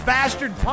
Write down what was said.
Bastard